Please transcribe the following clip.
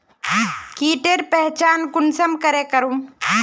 कीटेर पहचान कुंसम करे करूम?